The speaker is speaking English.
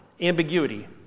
Ambiguity